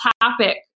Topic